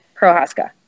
Prohaska